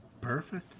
Perfect